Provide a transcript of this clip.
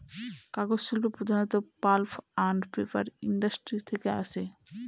কাগজ শিল্প প্রধানত পাল্প আন্ড পেপার ইন্ডাস্ট্রি থেকে আসে